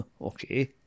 Okay